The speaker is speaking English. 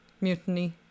mutiny